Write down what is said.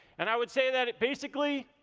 and i would say that basically,